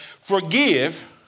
forgive